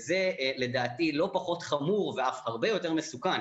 זה לדעתי לא פחות חמור ואף הרבה יותר מסוכן